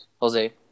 Jose